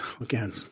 again